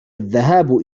الذهاب